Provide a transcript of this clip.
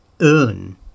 earn